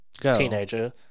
teenager